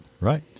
right